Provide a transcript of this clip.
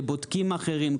לבודקים אחרים,